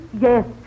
Yes